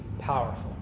powerful